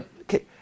Okay